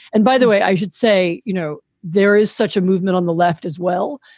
and by the way, i should say, you know, there is such a movement on the left as well.